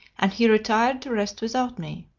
and he retired to rest without me.